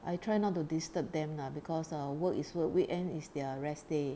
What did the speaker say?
I try not to disturb them lah because work is work weekend is their rest day